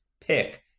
pick